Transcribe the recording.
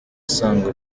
asanga